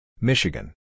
Michigan